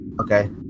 Okay